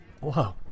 Whoa